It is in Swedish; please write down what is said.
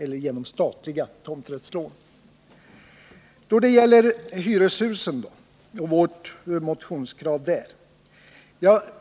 Sedan till vårt motionskrav beträffande hyreshusen.